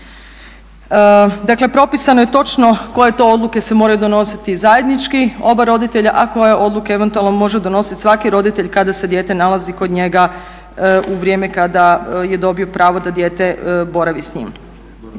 Dakle, propisano je točno koje to odluke se moraju donositi zajednički oba roditelja, a koje odluke eventualno može donositi svaki roditelj kada se dijete nalazi kod njega u vrijeme kada je dobio pravo da dijete boravi s njim.